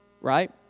Right